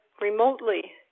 remotely